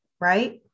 right